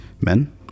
Men